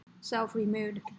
self-removed